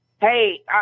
Hey